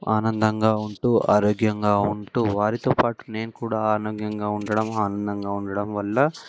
ఆనందంగా ఉంటూ ఆరోగ్యంగా ఉంటూ వారితో పాటు నేను కూడా ఆరోగ్యంగా ఉండడం ఆనందంగా ఉండటం వల్ల